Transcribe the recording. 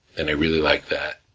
and i really like that.